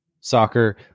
soccer